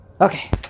Okay